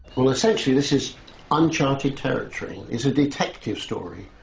well, essentially, this is uncharted territory. it's a detective story,